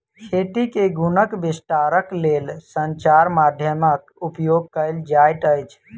खेती के गुणक विस्तारक लेल संचार माध्यमक उपयोग कयल जाइत अछि